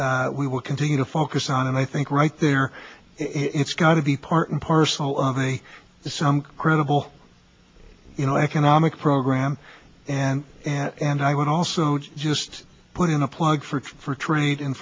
we will continue to focus on and i think right there it's got to be part and parcel of a sound credible you know economic program and and i would also just put in a plug for for trade in